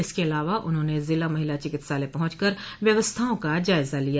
इसके अलावा उन्होंने जिला महिला चिकित्सालय पहुंच कर व्यवस्थाओं का जायजा लिया